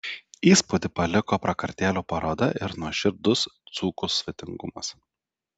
įspūdį paliko prakartėlių paroda ir nuoširdus dzūkų svetingumas